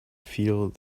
feel